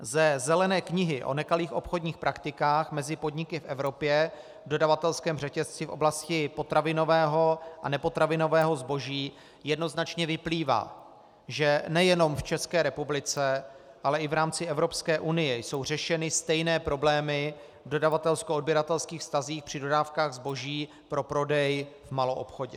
Ze Zelené knihy o nekalých obchodních praktikách mezi podniky v Evropě, dodavatelském řetězci v oblasti potravinového a nepotravinového zboží, jednoznačně vyplývá, že nejenom v České republice, ale i v rámci Evropské unie jsou řešeny stejné problémy v dodavatelskoodběratelských vztazích při dodávkách zboží pro prodej v maloobchodě.